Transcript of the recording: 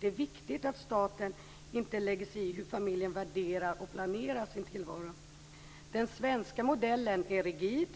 Det är viktigt att staten inte lägger sig i hur familjen värderar och planerar sin tillvaro. Den svenska modellen är rigid